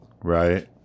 Right